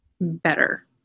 better